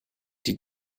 die